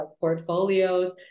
portfolios